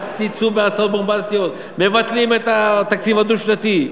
אל תצאו בהצעות בומבסטיות: מבטלים את התקציב הדו-שנתי,